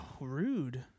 rude